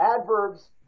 Adverbs